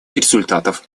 результатов